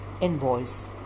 invoice